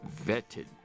vetted